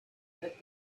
that